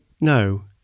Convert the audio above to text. no